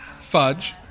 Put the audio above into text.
Fudge